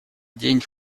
день